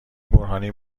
برهانی